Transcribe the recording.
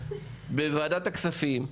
בוועדת הכספים,